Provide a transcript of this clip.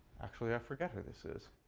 actually i forget who this is.